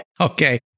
Okay